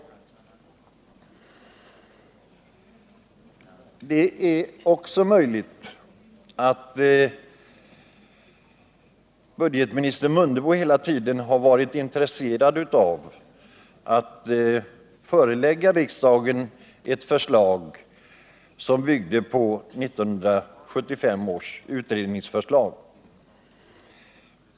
Det är möjligt att budgetminister Mundebo hela tiden har varit intresserad av att förelägga riksdagen ett förslag som byggde på 1975 års utredningsförslag.